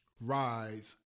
rise